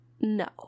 No